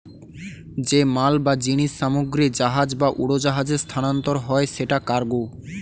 যে মাল বা জিনিস সামগ্রী জাহাজ বা উড়োজাহাজে স্থানান্তর হয় সেটা কার্গো